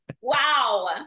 Wow